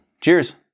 Cheers